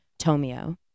Tomio